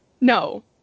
no